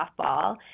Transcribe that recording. softball